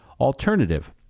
alternative